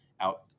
out